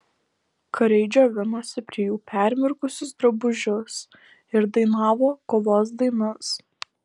kariai džiovinosi prie jų permirkusius drabužius ir dainavo kovos dainas